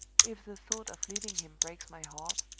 if the thought of leaving him breaks my heart,